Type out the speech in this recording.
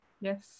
Yes